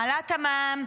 מעלה את המע"מ,